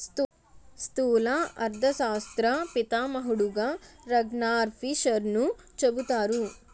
స్థూల అర్థశాస్త్ర పితామహుడుగా రగ్నార్ఫిషర్ను చెబుతారు